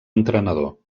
entrenador